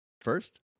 First